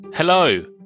Hello